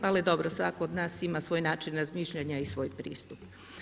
Ali dobro, svatko od nas ima svoj način razmišljanja i svoj pristup.